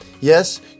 Yes